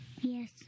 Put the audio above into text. Yes